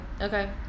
okay